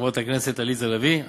חברת הכנסת עליזה לביא,